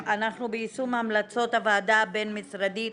אנחנו ביישום המלצות הוועדה הבין-משרדית